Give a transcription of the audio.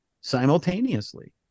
simultaneously